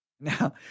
Now